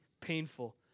painful